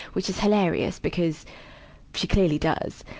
which is hilarious because she clearly does.